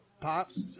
pops